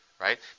right